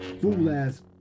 fool-ass